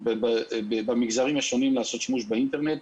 גם במגזרים השונים לעשות שימוש באינטרנט